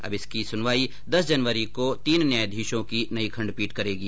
अब इसकी सुनवाई दस जनवरी को तीन न्यायाधीशों की नई खण्डपीठ करेगी